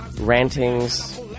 rantings